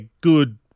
good